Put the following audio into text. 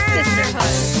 Sisterhood